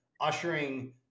ushering